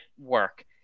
work